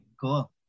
cool